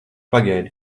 pagaidi